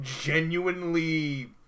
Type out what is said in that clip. genuinely